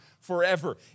forever